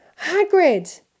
Hagrid